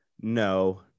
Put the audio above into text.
no